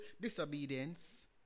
disobedience